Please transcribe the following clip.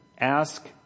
Ask